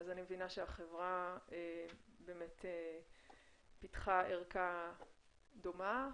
אני מבינה שהחברה באמת פיתחה ערכה דומה,